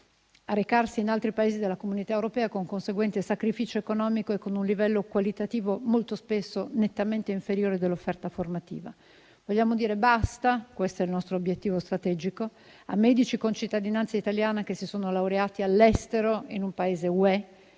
a recarsi in altri Paesi della Comunità europea, con conseguente sacrificio economico e con un livello qualitativo molto spesso nettamente inferiore dell'offerta formativa. Vogliamo dire basta - questo è il nostro obiettivo strategico - a medici con cittadinanza italiana che si sono laureati all'estero in un Paese UE,